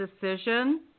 decision